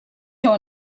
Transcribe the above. your